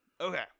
Okay